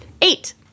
eight